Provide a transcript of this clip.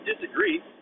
disagree